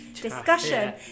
discussion